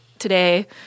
today